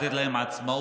לתת להם עצמאות,